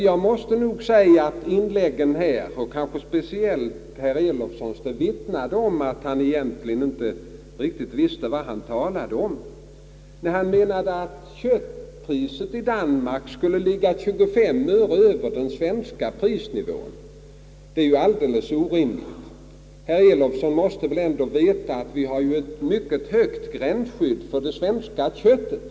Jag måste nog säga att speciellt herr Elofssons inlägg vittnade om att han egentligen inte visste vad han talade om. Herr Elofsson påstod nämligen att köttpriset i Danmark skulle ligga 25 öre över den svenska prisnivån! Det är ju alldeles orimligt, ty herr Elofsson måste ändå veta att vi har ett mycket högt gränsskydd för det svenska köttet.